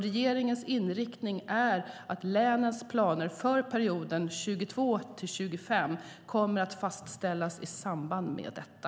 Regeringens inriktning är att länens planer för perioden 2022-2025 kommer att fastställas i samband med detta.